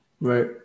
Right